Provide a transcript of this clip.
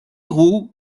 roux